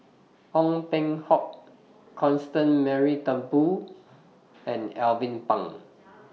Ong Peng Hock Constance Mary Turnbull and Alvin Pang